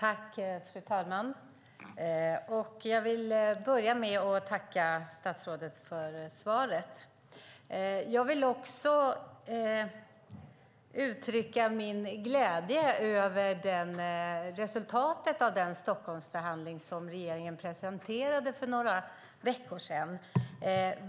Fru talman! Jag vill börja med att tacka statsrådet för svaret. Jag vill också uttrycka min glädje över resultatet av den Stockholmsförhandling som regeringen presenterade för några veckor sedan.